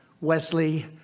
Wesley